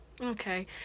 Okay